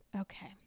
okay